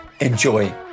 Enjoy